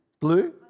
blue